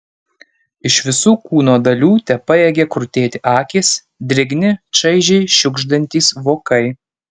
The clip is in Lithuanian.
iš visų kūno dalių tepajėgė krutėti akys drėgni čaižiai šiugždantys vokai